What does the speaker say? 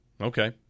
Okay